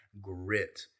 grit